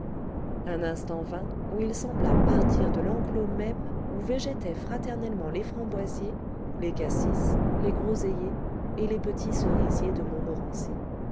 un instant vint où il sembla partir de l'enclos même on végétaient fraternellement les framboisiers les cassis les groseilliers et les petits cerisiers de montmorency